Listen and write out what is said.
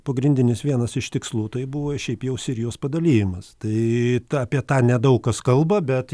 pagrindinis vienas iš tikslų tai buvo šiaip jau sirijos padalijimas tai tą apie tą nedaug kas kalba bet